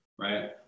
right